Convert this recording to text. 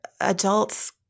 adults